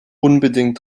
unbedingt